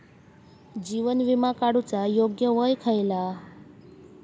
जीवन विमा काडूचा योग्य वय खयला?